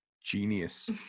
Genius